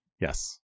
Yes